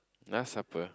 last supper